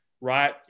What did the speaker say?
right